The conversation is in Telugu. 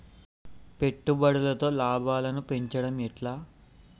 పెట్టుబడులలో లాభాలను పెంచడం ఎట్లా?